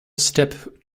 step